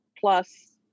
plus